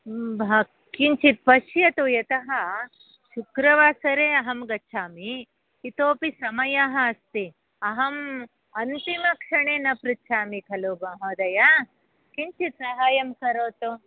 भ किञ्चित् पश्यतु यतः शुक्रवासरे अहं गच्छामि इतोपि समयः अस्ति अहम् अन्तिमक्षणे न पृच्छामि खलु महोदय किञ्चित् सहायं करोतु